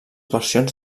versions